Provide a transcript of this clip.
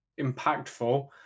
impactful